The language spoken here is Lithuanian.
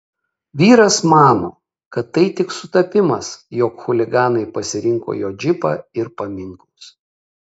vyras mano kad tai tik sutapimas jog chuliganai pasirinko jo džipą ir paminklus